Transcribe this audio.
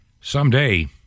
someday